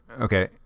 okay